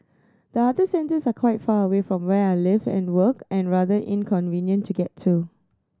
the other centres are quite far away from where I live and work and rather inconvenient to get to